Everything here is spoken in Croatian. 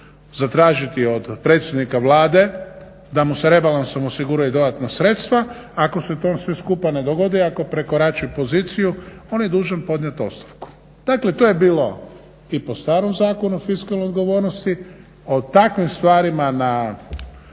zatražiti od predsjednika Vlade da mu se rebalansom osiguraju dodatna sredstva. Ako se to sve skupa ne dogodi i ako prekorači poziciju on je dužan podnijeti ostavku. Dakle, to je bilo i po starom Zakonu o fiskalnoj odgovornosti. O takvim stvarima su